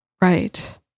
right